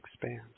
expand